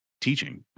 teaching